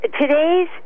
Today's